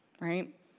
right